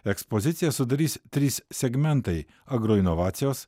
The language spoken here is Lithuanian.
ekspoziciją sudarys trys segmentai agroinovacijos